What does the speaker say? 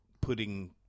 putting